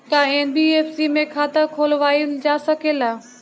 का एन.बी.एफ.सी में खाता खोलवाईल जा सकेला?